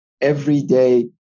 everyday